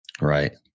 Right